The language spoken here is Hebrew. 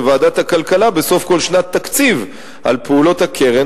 לוועדת הכלכלה בסוף כל שנת תקציב על פעולות הקרן,